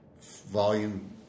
volume